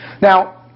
Now